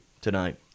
tonight